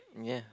ya